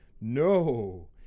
No